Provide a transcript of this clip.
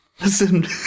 listen